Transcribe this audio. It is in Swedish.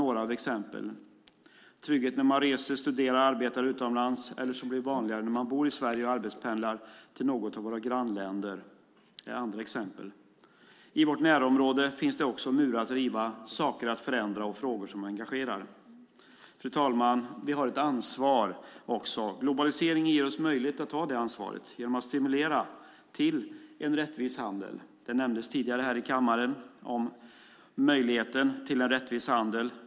Några andra exempel är trygghet när man reser, studerar eller arbetar utomlands, eller som blir allt vanligare, när man bor i Sverige och arbetspendlar till något av våra grannländer. Men även i vårt närområde finns det murar att riva, saker att förändra och frågor som engagerar Fru talman! Vi har också ett ansvar. Globaliseringen ger oss möjlighet att ta det ansvaret genom att stimulera till en rättvis handel. Tidigare nämndes här i kammaren möjligheten till en rättvis handel.